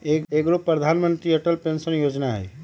एगो प्रधानमंत्री अटल पेंसन योजना है?